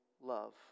love